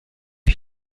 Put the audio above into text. you